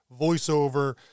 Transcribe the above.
voiceover